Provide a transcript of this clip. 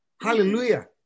Hallelujah